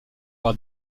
par